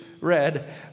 read